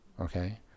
okay